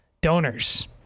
donors